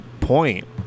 point